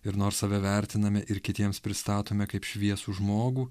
ir nors save vertiname ir kitiems pristatome kaip šviesų žmogų